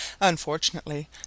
Unfortunately